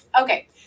okay